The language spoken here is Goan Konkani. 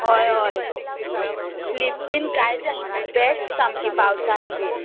हय हय स्लीप बीन कांय जायना बेस्ट सामकीं पावसान बीन